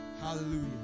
Hallelujah